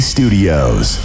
Studios